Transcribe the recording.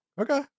Okay